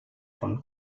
von